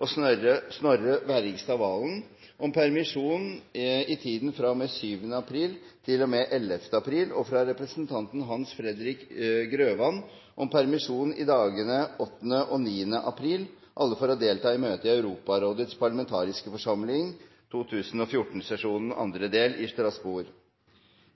og Snorre Serigstad Valen om permisjon i tiden fra og med 7. april til og med 11. april og fra representanten Hans Fredrik Grøvan om permisjon i dagene 8. og 9. april – alle for å delta i møte i Europarådets parlamentariske forsamlings 2014-sesjon, andre del, i Strasbourg.